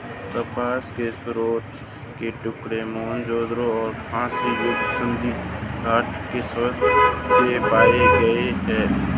कपास के सूती वस्त्र के टुकड़े मोहनजोदड़ो और कांस्य युग सिंधु घाटी सभ्यता से पाए गए है